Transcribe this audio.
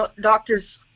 doctors